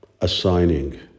assigning